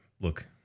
look